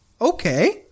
Okay